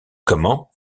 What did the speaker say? comment